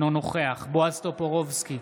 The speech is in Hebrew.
אינו נוכח בועז טופורובסקי,